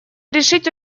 решить